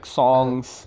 songs